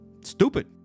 Stupid